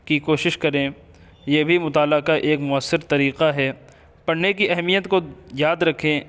کی کوشش کریں یہ بھی مطالعہ کا ایک مؤثر طریقہ ہے پڑھنے کی اہمیت کو یاد رکھیں